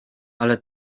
ale